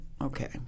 Okay